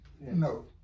no